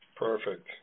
Perfect